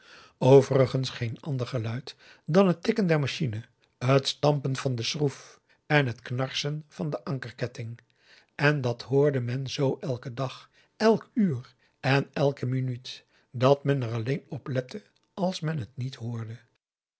overigens geen ander geluid dan het tikken der machine t stampen van de schroef en t knarsen van den ankerketting en dat hoorde men zoo elken dag elk uur en elke minuut dat men er alleen op lette als men t niet hoorde